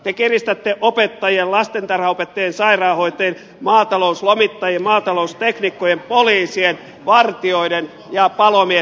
te kiristätte opettajien lastentarhanopettajien sairaanhoitajien maatalouslomittajien maatalousteknikkojen poliisien vartijoiden ja palomiesten verotusta